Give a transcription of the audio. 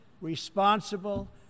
responsible